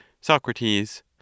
Socrates